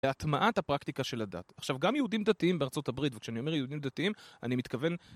להטמעת הפרקטיקה של הדת. עכשיו, גם יהודים דתיים בארצות הברית, וכשאני אומר יהודים דתיים, אני מתכוון...